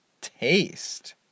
Taste